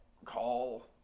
call